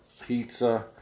pizza